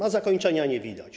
A zakończenia nie widać.